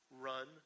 Run